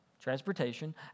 transportation